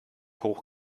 hoch